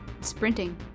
sprinting